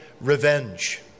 revenge